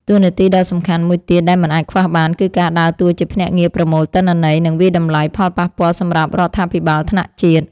តួនាទីដ៏សំខាន់មួយទៀតដែលមិនអាចខ្វះបាន គឺការដើរតួជាភ្នាក់ងារប្រមូលទិន្នន័យ និងវាយតម្លៃផលប៉ះពាល់សម្រាប់រដ្ឋាភិបាលថ្នាក់ជាតិ។